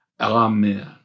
Amen